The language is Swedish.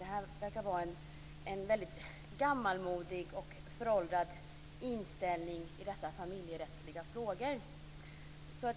Det verkar vara en väldigt gammalmodig och föråldrad inställning i dessa familjerättsliga frågor.